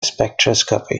spectroscopy